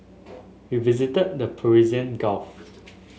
we visited the Persian Gulf